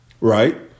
right